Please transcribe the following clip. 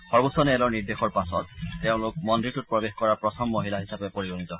সৰ্বোচ্চ ন্যায়ালয়ৰ নিৰ্দেশৰ পাছত তেওঁলোক মন্দিৰটোত প্ৰৱেশ কৰা প্ৰথম মহিলা হিচাপে পৰিগণিত হৈছে